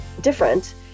different